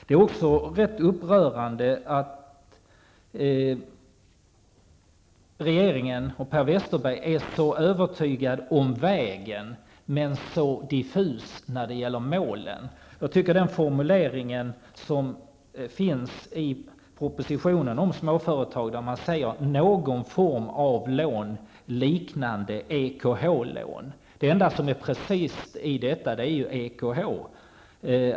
Det är också rätt upprörande att regeringen och Per Westerberg är så övertygade om vägen men så diffusa när det gäller målen. Jag tycker att det är en märklig formulering i propositionen om småföretagen där man talar om någon form av lånliknande EKH-lån. Det enda som är precist i detta är EKH.